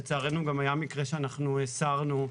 לצערנו גם היה מקרה שאנחנו הסרנו,